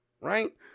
right